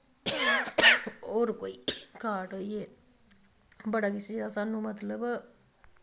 होर कोई कार्ड़ होइये बड़ा किश स्हानू मतलव